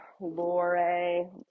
Lore